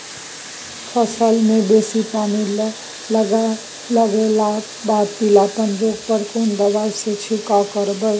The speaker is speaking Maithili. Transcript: फसल मे बेसी पानी लागलाक बाद पीलापन रोग पर केना दबाई से छिरकाव करब?